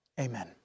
Amen